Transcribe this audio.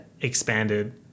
expanded